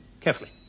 Carefully